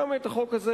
גם החוק הזה,